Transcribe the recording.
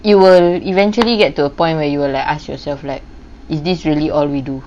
you will eventually get to a point where you will like ask yourself right is this really all we do